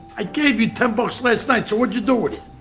i gave you ten bucks last night, so what'd you do with it?